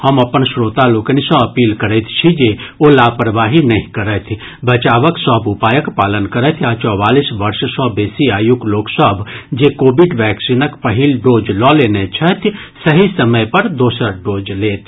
हम अपन श्रोता लोकनि सँ अपील करैत छी जे ओ लापरवाही नहि करथि बचावक सभ उपायक पालन करथि आ चौवालीस वर्ष सँ बेसी आयुक लोक सभ जे कोविड वैक्सीनक पहिल डोज लऽ लेने छथि सही समय पर दोसर डोज लेथि